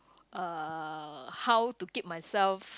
uh how to keep myself